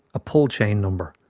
a pull chain number,